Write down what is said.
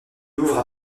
louvre